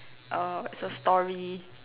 is a story